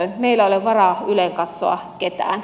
meillä ei ole varaa ylenkatsoa ketään